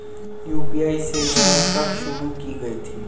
UPI सेवा कब शुरू की गई थी?